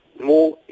more